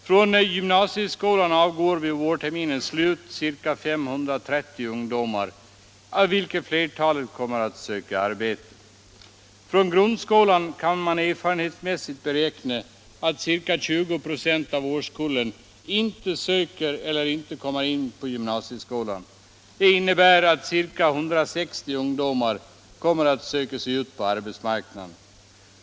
Från gymnasieskolan avgår vid vårterminens slut ca 530 ungdomar, av vilka flertalet kommer att söka arbete. Beträffande grundskolan kan man erfarenhetsmässigt beräkna att ca 20 96 av årskullen inte söker sig till eller inte kommer in vid gymnasieskolan. Detta innebär att ca 160 ungdomar kommer att söka sig ut på arbetsmarknaden.